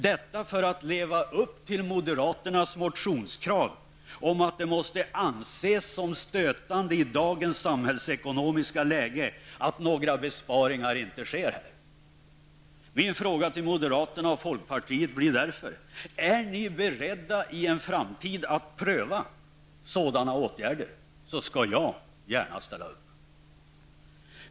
Detta för att leva upp till moderaternas motionskrav om att det måste anses som stötande i dagens samhällsekonomiska läge att några besparingar här inte sker. Min fråga till moderaterna och folkpartiet blir därför: Är ni beredda i en framtid att pröva sådana åtgärder? Då skall jag gärna ställa upp.